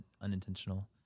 unintentional